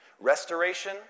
restoration